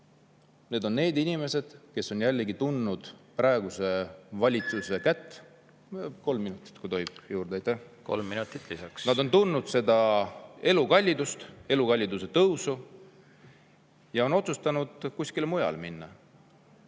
Need on inimesed, kes on jällegi tundnud praeguse valitsuse kätt. Kolm minutit juurde, kui tohib. Kolm minutit lisaks. Nad on tundnud elukallidust, elukalliduse tõusu ja on otsustanud kuskile mujale minna.